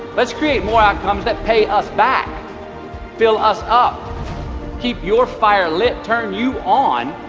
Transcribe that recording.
let's create more outcomes that pay us back fill us up keep your fire lit, turn you on,